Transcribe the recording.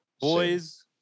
Boys